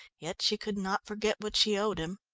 yet she could not forget what she owed him.